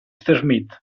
smith